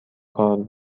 کار